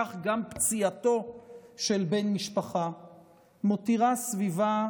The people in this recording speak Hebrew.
כך גם פציעתו של בן משפחה מותירה סביבה,